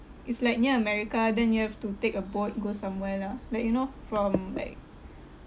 it's like near america then you have to take a boat go somewhere lah like you know from like